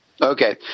Okay